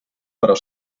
però